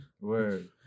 Word